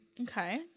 Okay